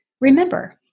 Remember